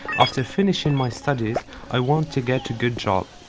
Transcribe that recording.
after finishing my studies i want to get a good job.